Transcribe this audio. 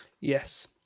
yes